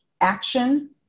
action